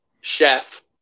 chef